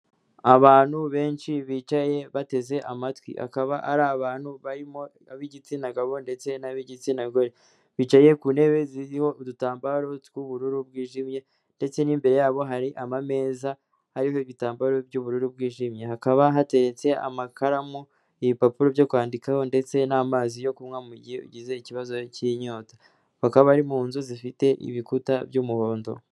Abantu benshi bicaye bateze amatwi akaba ari abantu barimo ab'igitsina gabo ndetse n'ab'igitsinagore bicaye ku ntebe ziriho udutambaro tw'ubururu bwijimye ndetse n'imbere yabo hari amameza ariho ibitambaro by'ubururu bwijimye hakaba hateretse amakaramu, ibipapuro byo kwandikaho ndetse n'amazi yo kunywa mu gihe ugize ikibazo cy'inyota bakaba bari mu nzu zifite ibikuta by'umuhondo.